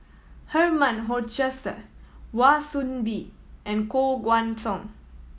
Herman Hochstadt Wan Soon Bee and Koh Guan Song